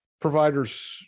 providers